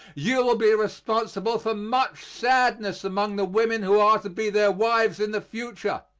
you will be responsible for much sadness among the women who are to be their wives in the future.